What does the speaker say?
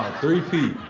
three-peat.